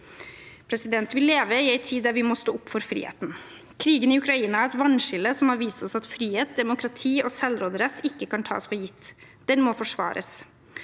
produksjon. Vi lever i en tid der vi må stå opp for friheten. Krigen i Ukraina er et vannskille som har vist oss at frihet, demokrati og selvråderett ikke kan tas for gitt, det må forsvares.